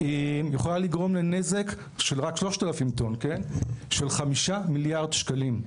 יכולה לגרום לנזק של 5 מיליארד שקלים.